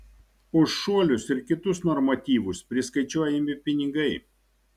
už šuolius ir kitus normatyvus priskaičiuojami pinigai